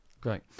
Great